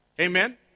Amen